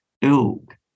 ilk